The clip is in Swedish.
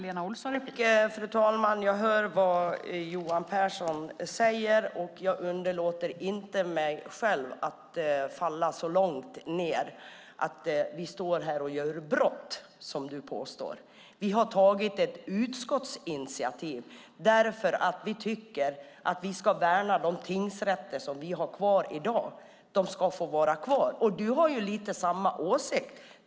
Fru talman! Jag hör vad Johan Pehrson, och jag skulle inte tillåta mig själv att falla så lågt som att påstå att vi står här och begår brott, som Johan Pehrson gör. Vi har tagit ett utskottsinitiativ, därför att vi tycker att vi ska värna de tingsrätter som vi har kvar i dag, att de ska få vara kvar. Du har ju lite samma åsikt.